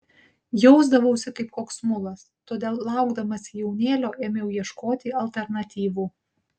jausdavausi kaip koks mulas todėl laukdamasi jaunėlio ėmiau ieškoti alternatyvų